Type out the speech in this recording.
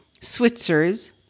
Switzers